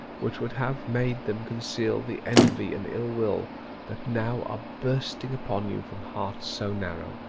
which would have made them conceal the envy and ill-will that now are bursting upon you from hearts so narrow.